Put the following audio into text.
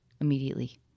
immediately